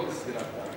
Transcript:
לא לסגירת פערים.